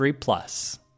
Plus